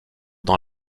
dans